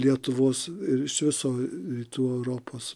lietuvos ir iš viso rytų europos